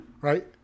right